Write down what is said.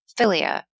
philia